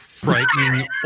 Frightening